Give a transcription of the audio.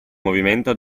movimento